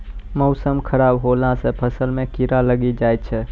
मौसम खराब हौला से फ़सल मे कीड़ा लागी जाय छै?